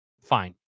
fine